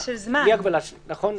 נכון.